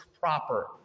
proper